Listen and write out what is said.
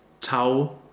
Tau